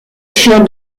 chien